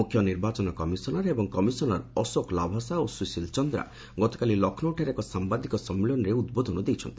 ମୁଖ୍ୟ ନିର୍ବାଚନ କମିଶନର୍ ଏବଂ କମିଶନର୍ ଅଶୋକ ଲାଭାସା ଓ ସୁଶିଲ୍ ଚନ୍ଦ୍ରା ଗତକାଲି ଲକ୍ଷ୍ନୌଠାରେ ଏକ ସାମ୍ବାଦିକ ସମ୍ମିଳନୀରେ ଉଦ୍ବୋଧନ ଦେଇଛନ୍ତି